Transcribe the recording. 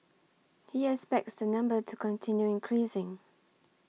he expects the number to continue increasing